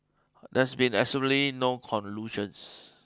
there's been absolutely no collusions